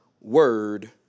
Word